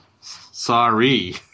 sorry